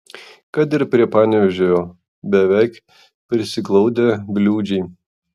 kad ir prie panevėžio beveik prisiglaudę bliūdžiai